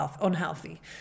unhealthy